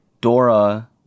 Dora